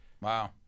Wow